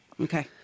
Okay